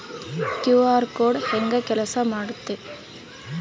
QR code ಹೆಂಗ ಕೆಲಸ ಮಾಡುತ್ತೆ?